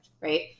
right